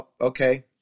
okay